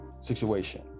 situation